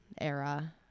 era